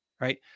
right